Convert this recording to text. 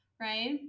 right